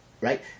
right